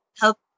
help